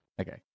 Okay